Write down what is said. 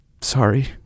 Sorry